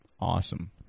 Awesome